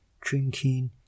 drinking